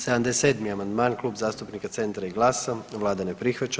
77. amandman, Klub zastupnika Centra i GLAS-a, Vlada ne prihvaća.